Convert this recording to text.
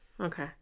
Okay